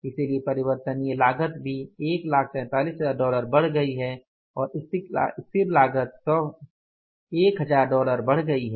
इसलिए परिवर्तनीय लागत भी 143000 डॉलर बढ़ गई है और स्थिर लागत 1000 डॉलर बढ़ गई है